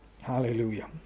hallelujah